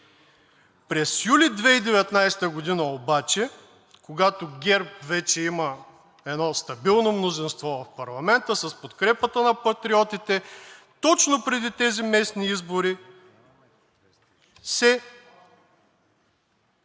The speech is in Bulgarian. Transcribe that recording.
През юли 2019 г. обаче, когато ГЕРБ вече има едно стабилно мнозинство в парламента, с подкрепата на Патриотите, точно преди тези местни избори, се